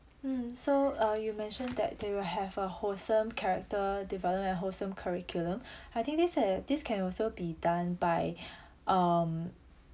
um so uh you mentioned that they will have a wholesome character development wholesome curriculum I think this eh this can also be done by um